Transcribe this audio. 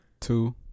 Two